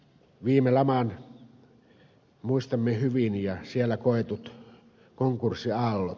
viime laman muistamme hyvin ja siellä koetut konkurssiaallot